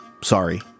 sorry